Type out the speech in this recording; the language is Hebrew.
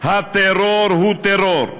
הטרור הוא טרור,